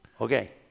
Okay